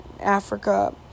africa